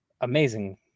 amazing